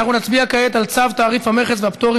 אנחנו נצביע כעת על צו תעריף המכס והפטורים